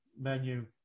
menu